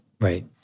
Right